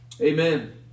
Amen